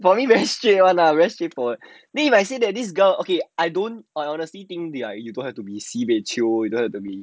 for me very straight [one] ah very straight forward if I say that this girl okay I don't I honestly think that you don't have to be sibeh chio you don't have to be